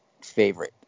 favorite